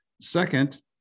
Second